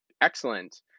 excellent